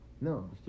No